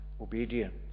obedience